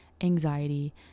anxiety